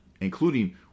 including